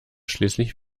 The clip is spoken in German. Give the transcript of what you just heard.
schließlich